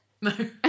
No